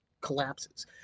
collapses